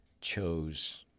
chose